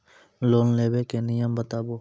Loan लेबे के नियम बताबू?